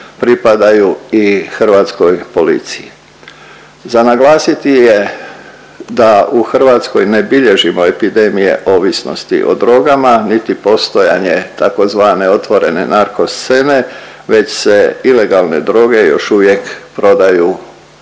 pripadaju i Hrvatskoj policiji. Za naglasiti je da u Hrvatskoj ne bilježimo epidemije ovisnosti o drogama niti postojanje tzv. otvorene narko scene već se ilegalne droge još uvijek prodaju ispod